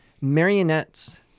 marionettes